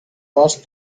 last